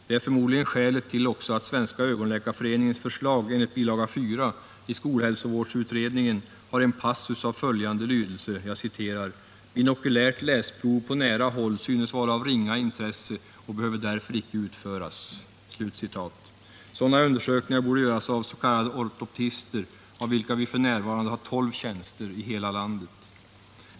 Det är förmodligen också skälet till att Svenska ögonläkarföreningens förslag enligt bilaga 4 i skolhälsovårdsutredningen har en passus av följande lydelse: ”Binoculärt läsprov på nära håll synes vara av ringa intresse och behöver därför icke utföras.” Sådana undersökningar borde göras av s.k. ortoptister, för vilka vi f. n. har 12 tjänster i hela landet.